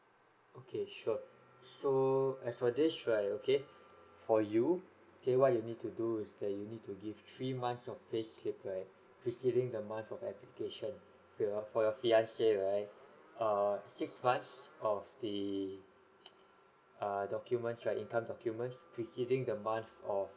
okay sure so as for this right okay for you okay what you need to do is that you need to give three months of payslip right preceding the month of application for your for your fiancé right err six months of the err documents right income documents preceding the month of